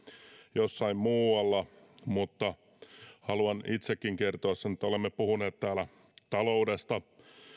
jossain muualla mutta haluan itsekin kertoa sen että olemme puhuneet täällä taloudesta